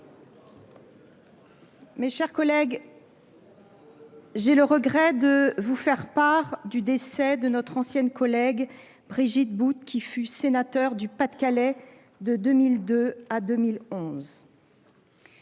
Mes chers collègues, j’ai le regret de vous faire part du décès de notre ancienne collègue Brigitte Bout, qui fut sénateur du Pas de Calais de 2002 à 2011.